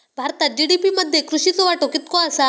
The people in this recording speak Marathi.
भारतात जी.डी.पी मध्ये कृषीचो वाटो कितको आसा?